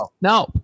No